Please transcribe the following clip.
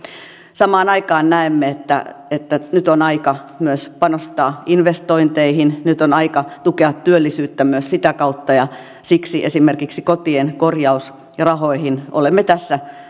samaan aikaan näemme että että nyt on aika myös panostaa investointeihin nyt on aika tukea työllisyyttä myös sitä kautta siksi esimerkiksi kotien korjausrahoihin olemme